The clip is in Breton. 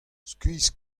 skuizh